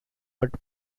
but